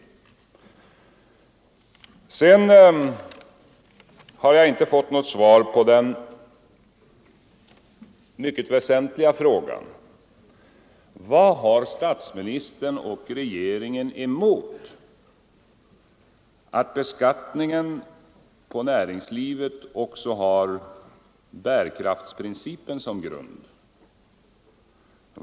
Vidare har jag inte fått något svar på den mycket väsentliga frågan: Vad har statsministern och regeringen emot att beskattningen av näringslivet också har bärkraftsprincipen som grund?